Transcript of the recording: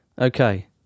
Okay